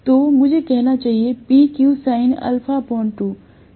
तो मुझे कहना चाहिए